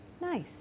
Nice